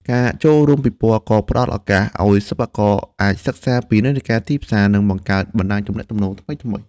ការចូលរួមពិព័រណ៍ក៏ផ្តល់ឱកាសឱ្យសិប្បករអាចសិក្សាពីនិន្នាការទីផ្សារ និងបង្កើតបណ្ដាញទំនាក់ទំនងថ្មីៗ។